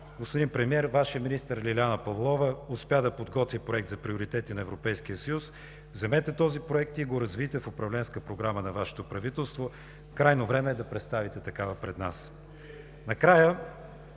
Господин Премиер, Вашият министър Лиляна Павлова успя да подготви Проект за приоритети на Европейския съюз, вземете този Проект и го развийте в управленска програма на Вашето правителство. Крайно време е да представите такава пред нас. Накрая,